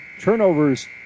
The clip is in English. turnovers